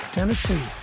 Tennessee